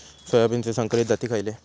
सोयाबीनचे संकरित जाती खयले?